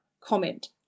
comment